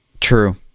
True